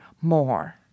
more